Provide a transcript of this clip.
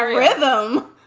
rhythm.